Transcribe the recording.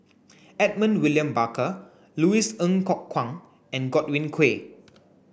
Edmund William Barker Louis Ng Kok Kwang and Godwin Koay